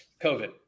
COVID